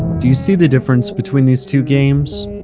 do you see the difference between these two games?